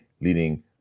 leading